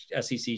sec